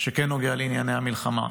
שכן נוגע לענייני המלחמה.